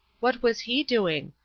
what was he doing?